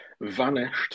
vanished